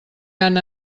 gran